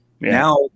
now